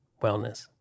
wellness